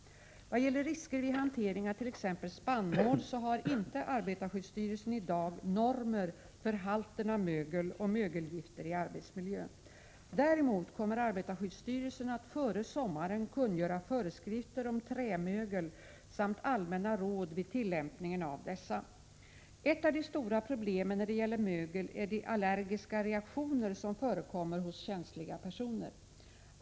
Vad gäller risker vid hantering av t.ex. spannmål, har inte arbetarskyddsstyrelsen i dag normer för halten av mögel och mögelgifter i arbetsmiljön. Däremot kommer arbetarskyddsstyrelsen att före sommaren kungöra föreskrifter om trämögel samt allmänna råd vid tillämpningen av dessa. Ett av de stora problemen när det gäller mögel är de allergiska reaktioner som förekommer hos känsliga personer.